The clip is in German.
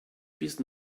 bis